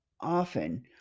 often